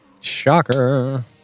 Shocker